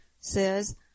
says